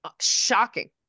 shocking